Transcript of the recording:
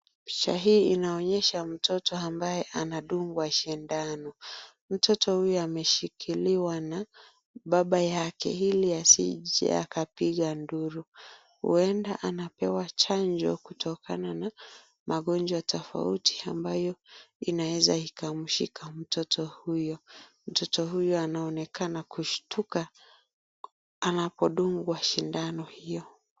Picha hii inaonyesha mtoto ambaye anadungwa sindano. Mtoto huyu ameshikiliwa na baba yake ili asije akapiga nduru. Huenda anapewa chanjo kutokana na magonjwa tofauti ambayo inaeza ikamshika mtoto huyo. Mtoto huyo anaonekana kushtuka anapodungwa sindano hiyo.